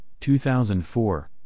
2004